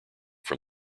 from